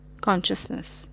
consciousness